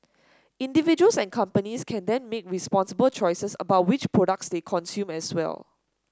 individuals and companies can then make responsible choices about which products they consume as well